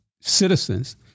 citizens